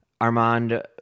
Armand